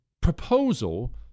proposal